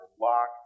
locked